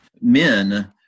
men